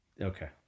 Okay